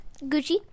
Gucci